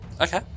Okay